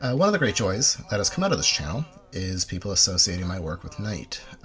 and one of the great joys that has come out of this channel is people associating my work with night.